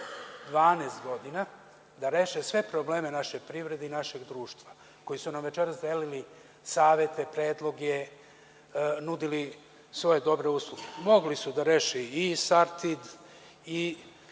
12 godina da reše sve probleme naše privrede i našeg društva, koji su nam večeras delili savete, predloge, nudili svoje dobre usluge, mogli su da reše i „Sartid“ i